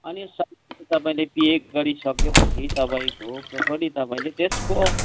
अनि सबै कुरो तपाईँले पे गरिसकेपछि तपाईँको प्रोपरली तपाईँले त्यसको